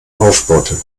aufbohrte